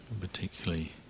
particularly